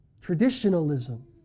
traditionalism